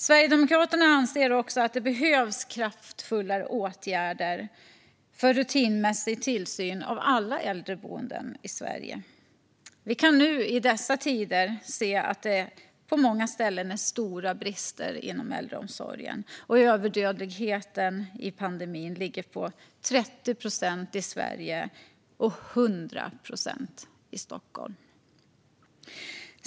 Sverigedemokraterna anser också att det behövs kraftfullare åtgärder för rutinmässig tillsyn av alla äldreboenden i Sverige. Vi kan i dessa tider se att det på många ställen finns stora brister inom äldreomsorgen, och överdödligheten under pandemin ligger på 30 procent i Sverige och 100 procent i Stockholm.